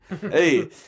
Hey